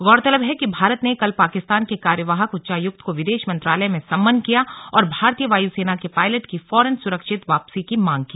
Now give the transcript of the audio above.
गौरतलब है कि भारत ने कल पाकिस्तान के कार्यवाहक उच्चायुक्त को विदेश मंत्रालय में समन किया और भारतीय वाय् सेना के पायलट की फौरन सुरक्षित वापसी की मांग की